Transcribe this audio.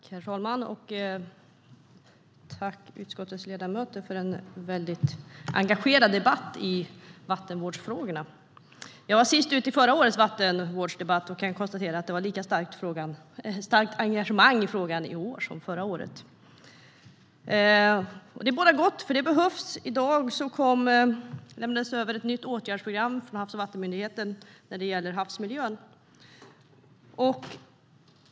Herr talman! Jag tackar utskottets ledamöter för en väldigt engagerad debatt i vattenvårdsfrågorna. Jag var sist ut även i förra årets vattenvårdsdebatt och kan konstatera att det är lika starkt engagemang i frågan i år som det var förra året. Det bådar gott, för det behövs. I dag lämnades det över ett nytt åtgärdsprogram för havsmiljön från Havs och vattenmyndigheten.